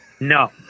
No